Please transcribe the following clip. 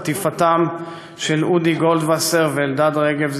בחטיפתם של אודי גולדווסר ואלדד רגב,